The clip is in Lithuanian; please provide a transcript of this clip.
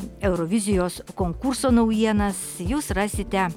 eurovizijos konkurso naujienas jūs rasite